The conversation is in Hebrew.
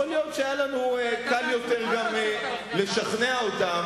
יכול להיות שהיה לנו קל יותר גם לשכנע אותם.